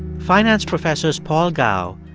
finance professors paul gao,